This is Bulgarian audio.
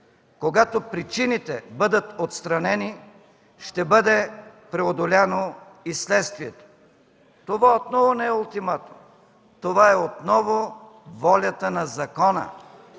Когато причините бъдат отстранени, ще бъде преодоляно и следствието. Това отново не е ултиматум. Това е отново волята на закона.